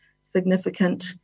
significant